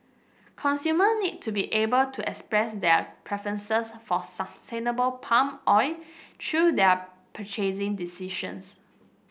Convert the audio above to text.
consumer need to be able to express their preferences for sustainable palm oil through their purchasing decisions